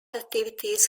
activities